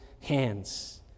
hands